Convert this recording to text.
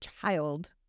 child